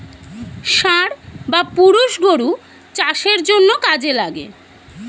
ষাঁড় বা পুরুষ গরু চাষের জন্যে কাজে লাগে